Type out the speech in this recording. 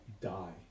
die